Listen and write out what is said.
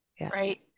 Right